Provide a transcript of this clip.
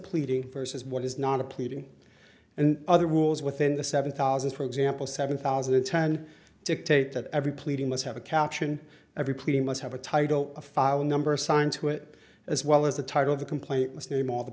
pleading versus what is not a pleading and other rules within the seven thousand for example seven thousand and ten dictate that every pleading must have a caption every plea must have a title a filing number assigned to it as well as the title of the complaint last name all the